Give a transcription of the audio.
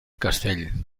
castell